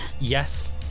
Yes